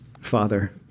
father